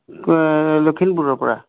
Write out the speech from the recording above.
লখিমপুৰৰ পৰা